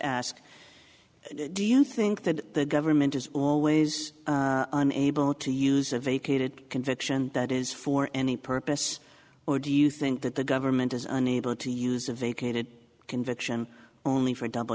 ask do you think that the government is always able to use a vacated conviction that is for any purpose or do you think that the government is unable to use a vacated conviction only for double